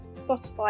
Spotify